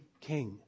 king